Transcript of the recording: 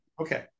Okay